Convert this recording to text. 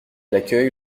l’accueil